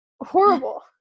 Horrible